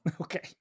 Okay